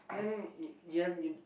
then